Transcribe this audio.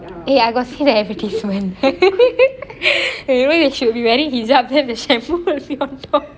!hey! I got see that advertisement imagine you will be wearing hijab and the shampoo will be on top